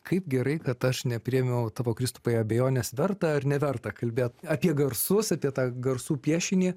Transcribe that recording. kaip gerai kad aš nepriėmiau tavo kristupai abejonės verta ar neverta kalbėt apie garsus apie tą garsų piešinį